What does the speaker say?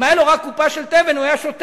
אם היה לו רק קופה של תבן, הוא היה שותק.